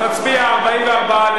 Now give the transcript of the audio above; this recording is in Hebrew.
הצבעה?